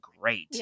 great